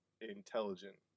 intelligent